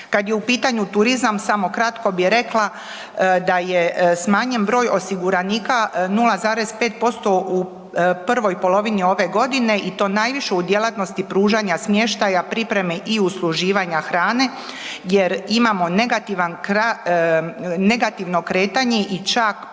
Kada je u pitanju turizam, samo kratko bi rekla da je smanjen broj osiguranika 0,5% u prvoj polovini ove godine i to najviše u djelatnosti pružanja smještaja, pripreme i usluživanja hrane jer imamo negativno kretanje i čak pad